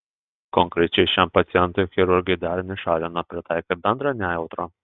konkrečiai šiam pacientui chirurgai darinį šalino pritaikę bendrą nejautrą